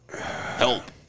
Help